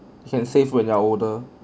you can save when you are older